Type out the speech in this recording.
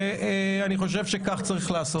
ואני חושב שכך צריך לעשות.